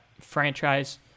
franchise